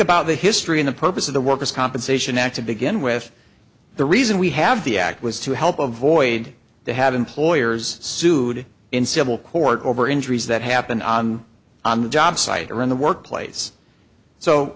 about the history of the purpose of the workers compensation act to begin with the reason we have the act was to help avoid to have employers sued in civil court over injuries that happened on the job site or in the workplace so